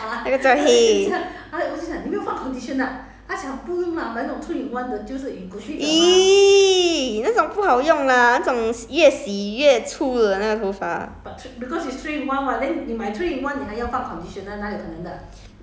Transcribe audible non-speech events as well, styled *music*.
*laughs* hay hay 那个叫 hay !ee! 那种不好用 lah 那种洗越洗越粗的那个头发